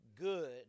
Good